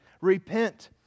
Repent